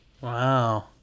Wow